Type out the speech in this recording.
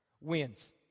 Wins